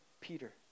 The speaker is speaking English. Peter